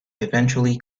eventually